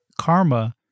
karma